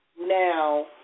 now